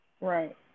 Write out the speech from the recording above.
right